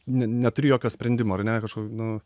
ne neturi jokio sprendimo ar ne kažkokio nu